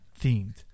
themed